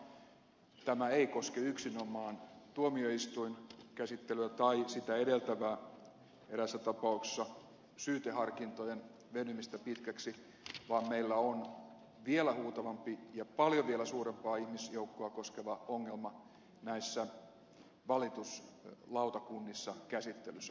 sasi sanoi tämä ei koske yksinomaan tuomioistuinkäsittelyä tai sitä edeltävää eräässä tapauksessa syyteharkintojen venymistä pitkäksi vaan meillä on vielä huutavampi ja vielä paljon suurempaa ihmisjoukkoa koskeva ongelma näissä valituslautakunnissa käsittelyssä